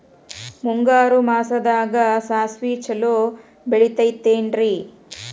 ಮುಂಗಾರು ಮಾಸದಾಗ ಸಾಸ್ವಿ ಛಲೋ ಬೆಳಿತೈತೇನ್ರಿ?